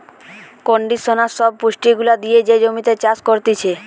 conditioner সব পুষ্টি গুলা দিয়ে যে জমিতে চাষ করতিছে